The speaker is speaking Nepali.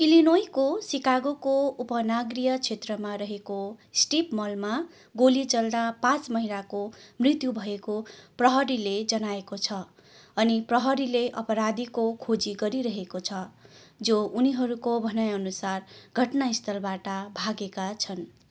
इलिनोइको सिकागोको उपनगरीय क्षेत्रमा रहेको स्ट्रिप मलमा गोली चल्दा पाँच महिलाको मृत्यु भएको प्रहरीले जनाएको छ अनि प्रहरीले अपराधीको खोजी गरिरहेको छ जो उनीहरूको भनाइअनुसार घटनास्थलबाट भागेका छन्